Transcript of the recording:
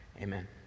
Amen